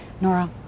Nora